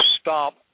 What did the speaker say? stop